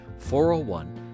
401